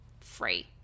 free